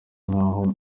nk’aho